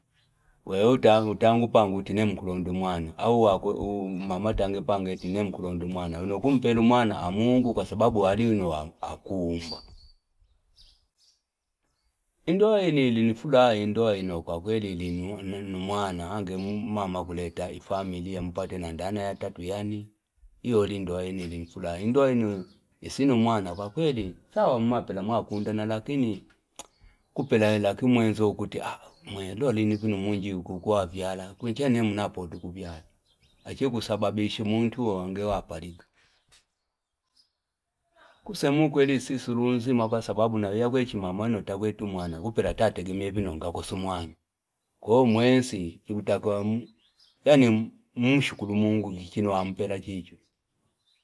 Weota utangu pangu itinemu kurundumana. Awa u mamata ngepange itinemu kurundumana. Unokumpelu mana a Mungu kwa sababu waliwino wakumba. Indwaini ilinifula, indwaini wakakweli ilinumana. Ange mmama kuleta i- familia ya mpate na dana ya tatuyani. Iyo ilindwaini ilinifula. Indwaini isinumana wakakweli. Sawa mma pela mwa kundana, lakini Kupela ilaki mwenzo kutia. Mwenlo ilinifuno mungi kukua vyala. Kwenye nye mna podu kubyala. Achiku sababishu mungu wangu wapaliku. Kusemu kweli si surunzi mapa sababu na wea kwechi mamano ta wetu mwana. Kupela tate gimebino mkakosumwana. Kuo mwensi, kikutakwa Yani mungu shukuru mungu kikino wa mpela chiju.